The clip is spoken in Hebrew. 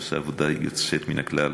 את עושה עבודה יוצאת מן הכלל.